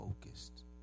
focused